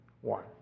One